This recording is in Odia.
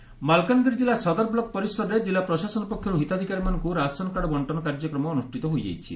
ରାସନକାର୍ଡ ବଣ୍ଟନ ମାଲକାନଗିରି କିଲ୍ଲା ସଦର ବ୍ଲକ ପରିସରରେ କିଲ୍ଲା ପ୍ରଶାସନ ପକ୍ଷରୁ ହିତାଧିକାରୀମାନଙ୍କୁ ରାସନ କାର୍ଡ ବଂଟନ କାର୍ଯ୍ୟକ୍ରମ ଅନୁଷ୍ଟିତ ହୋଇଯାଇଛି